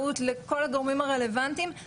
ולא מורה שתדבר עכשיו על הפייסבוק,